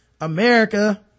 America